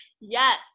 Yes